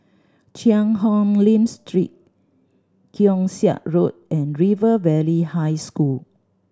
Cheang Hong Lim Street Keong Saik Road and River Valley High School